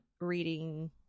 reading